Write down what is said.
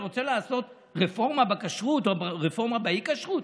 אתה רוצה לעשות רפורמה בכשרות או רפורמה באי-כשרות,